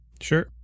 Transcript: Sure